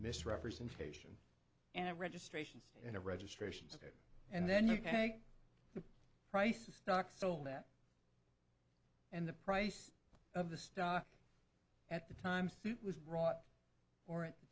misrepresentation and registrations in a registrations and then you can take the price of stock so that and the price of the stock at the time suit was brought or at the